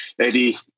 Eddie